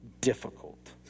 difficult